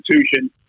institution